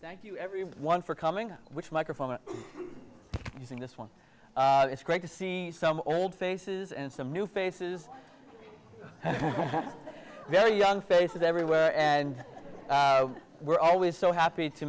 thank you everyone for coming which microphone using this one it's great to see some old faces and some new faces very young faces everywhere and we're always so happy to